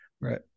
Right